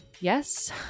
Yes